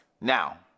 Now